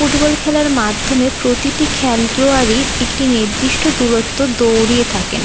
football খেলার মাধ্যমে প্রতিটি খেলোয়াড়ই একটি নির্দিষ্ট দূরত্ব দৌড়ে থাকেন